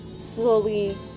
Slowly